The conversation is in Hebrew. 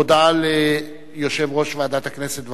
הודעה ליושב-ראש ועדת הכנסת.